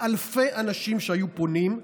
באלפי אנשים שהיו פונים,